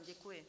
Děkuji.